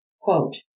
Quote